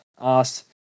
asked